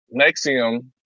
Nexium